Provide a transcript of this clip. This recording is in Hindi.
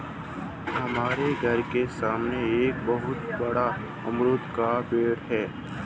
हमारे घर के सामने एक बहुत बड़ा अमरूद का पेड़ है